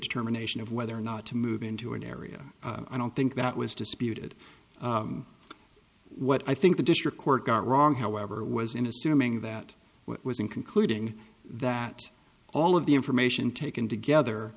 determination of whether or not to move into an area i don't think that was disputed what i think the district court got wrong however was in assuming that what was in concluding that all of the information taken together